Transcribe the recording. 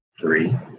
three